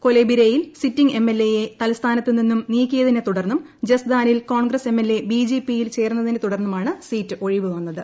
കൊലെബിരയിൽ sitting M L A യെ തൽസ്ഥാനത്ത് നിന്നും നീക്കിയതിനെത്തുടർന്നും ജസ്ദാനിൽ കോൺഗ്രസ് എം എൽ എ ബി ജെ പിയിൽ ചേർന്നതിനെ തുടർന്നുമാണ് സീറ്റ് ഒഴിവ് വന്നത്